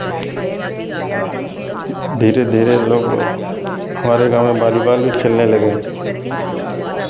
धीरे धीरे लोग हमारे गाँव में बालीबाल भी खेलने लगे